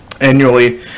annually